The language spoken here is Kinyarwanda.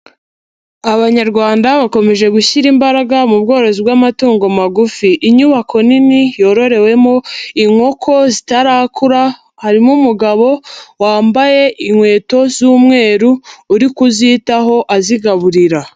Abanyarwanda bakomeje gushyira imbaraga mu bworozi bw'amatungo magufi, inyubako nini yororewemo inkoko zitarakura harimo umugabo wambaye inkweto z'umweru uri kuzitaho azigaburira.